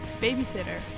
Babysitter